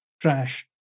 trash